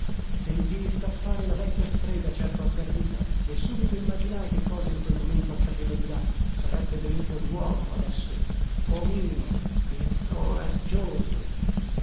sentii scappare la vecchia strega certo atterrita e subito immaginai che cosa in quel momento accadeva di là sarebbe venuto luomo adesso pomino il coraggioso